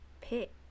pick